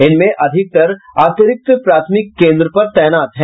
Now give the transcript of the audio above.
इनमें अधिकतर अतिरिक्त प्राथमिक केन्द्र में तैनात हैं